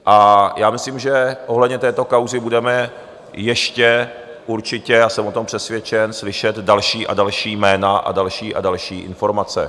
A já myslím, že ohledně této kauzy budeme ještě určitě já jsem o tom přesvědčen slyšet další a další jména a další a další informace.